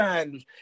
anos